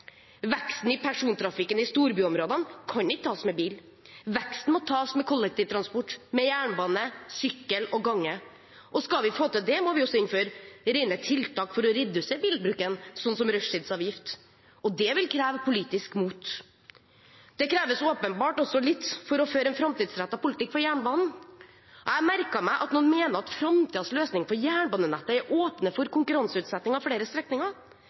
Veksten i persontrafikken i storbyområdene kan ikke tas med bil. Veksten må tas med kollektivtransport, med jernbane, sykkel og gange. Skal vi få til det, må vi også innføre rene tiltak for å redusere bilbruken, sånn som rushtidsavgift. Det vil kreve politisk mot. Det kreves åpenbart også litt å føre en framtidsrettet politikk for jernbanen. Jeg har merket meg at noen mener at framtidens løsning for jernbanenettet er å åpne for konkurranseutsetting av flere strekninger.